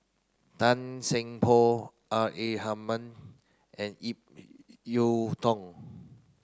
Tan Seng Poh R A Hamid and Ip Yiu Tung